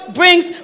brings